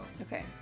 Okay